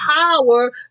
power